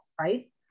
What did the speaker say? right